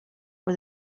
for